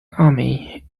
army